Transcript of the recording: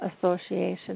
Association